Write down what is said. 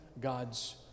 God's